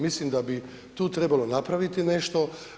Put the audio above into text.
Mislim da bi tu trebalo napraviti nešto.